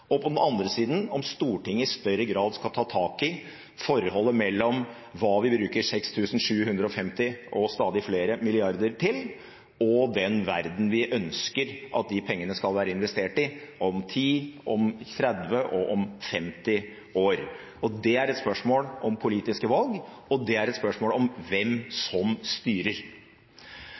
og på den andre siden om Stortinget i større grad skal ta tak i forholdet mellom hva vi bruker 6 750 – og stadig flere – mrd. kr til, og den verdenen vi ønsker at de pengene skal være investert i om 10 år, om 30 år og om 50 år. Det er et spørsmål om politiske valg, og det er et spørsmål om hvem